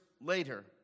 later